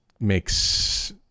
makes